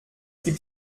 gibt